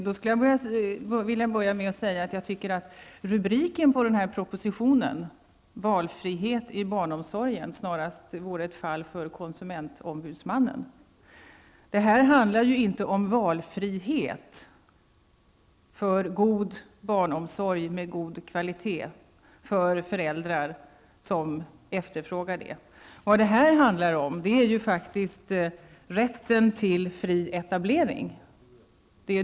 Till att börja med tycker jag att rubriken på den här propositionen, Valfrihet i barnomsorgen, snarast är ett fall för konsumentombudsmannen. Detta handlar inte om valfrihet -- god barnomsorg med god kvalitet för föräldrar som efterfrågar det. Det handlar faktiskt om rätten till fri etablering.